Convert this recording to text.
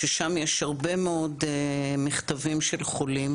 ששם יש הרבה מאוד מכתבים של חולים,